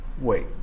wait